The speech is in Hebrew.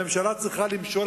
הממשלה צריכה למשול,